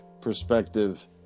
perspective